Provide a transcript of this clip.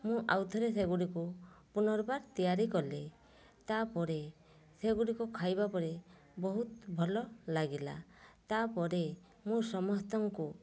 ମୁଁ ଆଉ ଥରେ ସେଗୁଡ଼ିକୁ ପୁନର୍ବାର ତିଆରି କଲି ତା'ପରେ ସେଗୁଡ଼ିକ ଖାଇବା ପରେ ବହୁତ ଭଲ ଲାଗିଲା ତାପରେ ମୁଁ ସମସ୍ତଙ୍କୁ